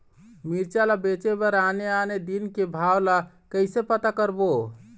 मिरचा ला बेचे बर आने आने दिन के भाव ला कइसे पता करबो?